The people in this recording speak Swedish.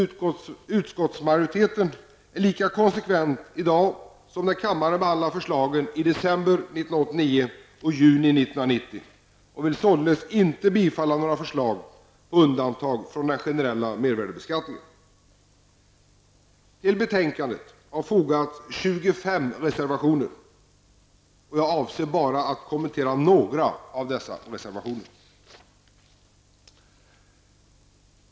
Utskottsmajoriteten är dock lika konsekvent i dag som när kammaren behandlade förslagen i december 1989 och i juni 1990 och vill således inte tillstyrka några förslag om undantag från den generella mervärdebeskattningen. Till betänkandet har fogats 25 reservationer, och jag avser att kommentera bara några av dessa reservationer.